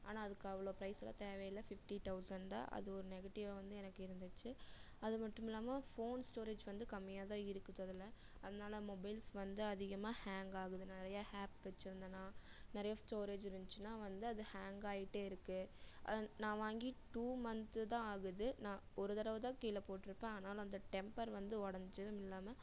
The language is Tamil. ஆனால் அதுக்கு அவ்வளோ ப்ரைஸ்லாம் தேவையில்ல ஃபிஃப்டி தெளசண்ட் தான் அது ஒரு நெகட்டிவ்வாக வந்து எனக்கு இருந்துச்சி அது மட்டுமில்லாம ஃபோன் ஸ்டோரேஜ் வந்து கம்மியாக தான் இருக்குது அதில் அதனால் மொபைல்ஸ் வந்து அதிகமாக ஹேங் ஆகுது நிறையா ஹேப் வெச்சிருந்தேனா நிறையா ஸ்டோரேஜ் இருந்துச்சினா வந்து அது ஹேங் ஆகிட்டே இருக்குது அதை நான் வாங்கி டூ மந்த் தான் ஆகுது நான் ஒரு தடவ தான் கீழே போட்டிருப்பேன் ஆனாலும் அந்த டெம்ப்பர் வந்து உடஞ்சதுமில்லாம